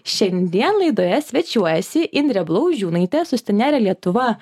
šiandien laidoje svečiuojasi indrė blauzdžiūnaitė sustinere lietuva